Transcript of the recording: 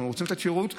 אנחנו רוצים לתת שירות,